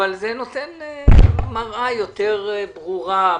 אבל זה נותן מראה יותר ברורה.